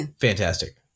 fantastic